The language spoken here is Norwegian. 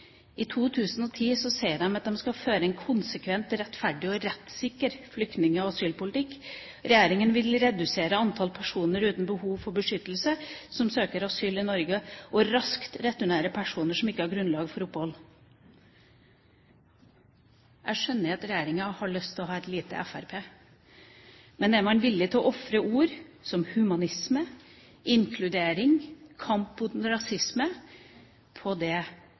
I 2010 sier de at de skal føre en «konsekvent, rettferdig og rettssikker flyktning- og asylpolitikk. Regjeringen vil redusere antallet personer uten behov for beskyttelse som søker asyl i Norge, og raskt returnere personer som ikke har grunnlag for opphold.» Jeg skjønner at regjeringa har lyst til å ha et lite fremskrittsparti, men er man villig til å ofre ord som humanisme, inkludering og kamp mot rasisme, på det